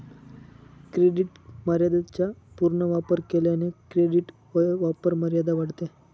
credit मर्यादेचा पूर्ण वापर केल्याने क्रेडिट वापरमर्यादा वाढते